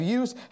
use